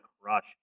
crush